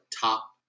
top